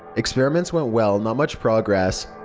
experiments went well, not much progress.